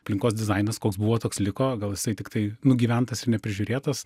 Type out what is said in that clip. aplinkos dizainas koks buvo toks liko gal jisai tiktai nugyventas ir neprižiūrėtas